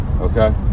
Okay